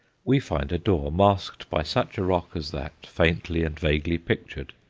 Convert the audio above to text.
we find a door masked by such a rock as that faintly and vaguely pictured,